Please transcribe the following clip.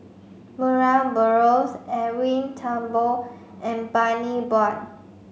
Murray Buttrose Edwin Thumboo and Bani Buang